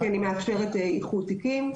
שמאפשרת איחוד תיקים.